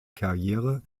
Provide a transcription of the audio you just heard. karriere